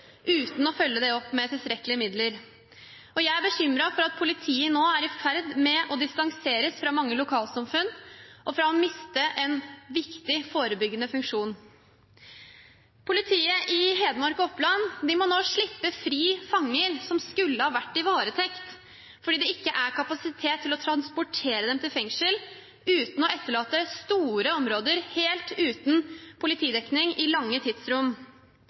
uten å følge det opp med tilstrekkelige midler. Jeg er bekymret for at politiet nå er i ferd med å distanseres fra mange lokalsamfunn og miste en viktig forebyggende funksjon. Politiet i Hedmark og Oppland må nå slippe fri fanger som skulle ha vært i varetekt, fordi det ikke er kapasitet til å transportere dem til fengsel uten å etterlate store områder helt uten politidekning i lange tidsrom.